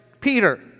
Peter